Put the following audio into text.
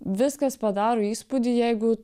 viskas padaro įspūdį jeigu